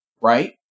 right